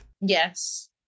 Yes